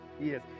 Yes